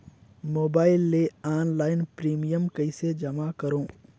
Mobile ले online premium कइसे जमा करों?